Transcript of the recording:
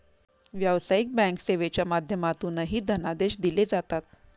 व्यावसायिक बँक सेवेच्या माध्यमातूनही धनादेश दिले जातात